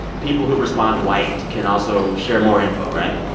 people who respond white can also share more info, right?